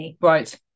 right